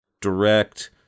direct